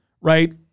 right